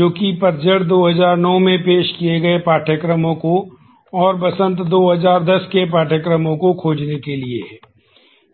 जोकि पतझड़ 2009 में पेश किए गए पाठ्यक्रमों को और वसंत 2010 के पाठ्यक्रमों को खोजने के लिए है